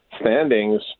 standings